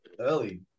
early